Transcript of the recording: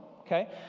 okay